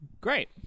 Great